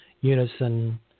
unison